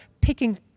picking